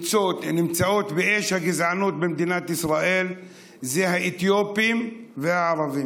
נמצאות באש הגזענות במדינת ישראל זה האתיופים והערבים.